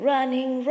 Running